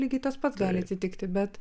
lygiai tas pats gali atsitikti bet